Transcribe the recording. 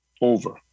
Over